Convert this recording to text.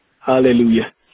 Hallelujah